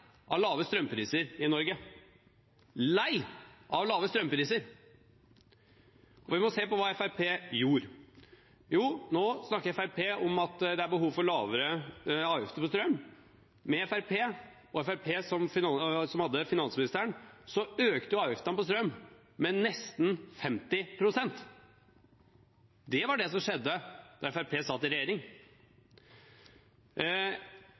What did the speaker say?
av lave strømpriser i Norge – lei av lave strømpriser! Vi må se på hva Fremskrittspartiet gjorde. Nå snakker Fremskrittspartiet om at det er behov for lavere avgifter på strøm. Med Fremskrittspartiet, som hadde finansministeren, økte avgiftene på strøm med nesten 50 pst. Det var det som skjedde da Fremskrittspartiet satt i regjering.